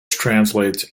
translates